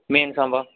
man Samba